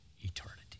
eternity